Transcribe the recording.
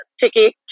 ticket